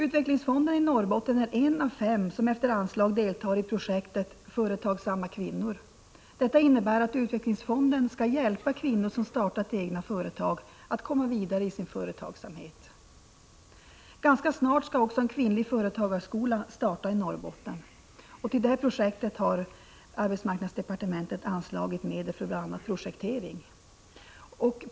Utvecklingsfonden i Norrbotten är en av fem utvecklingsfonder som efter anslag deltar i projektet Företagsamma kvinnor. Detta innebär att utvecklingsfonden skall hjälpa kvinnor som startat egna företag att komma vidare i sin företagsamhet. Ganska snart skall också en kvinnlig företagarskola starta i Norrbotten. Till detta projekt har arbetsmarknadsdepartementet anslagit medel för bl.a. projektering.